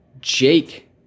Jake